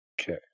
Okay